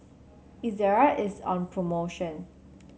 Ezerra is on promotion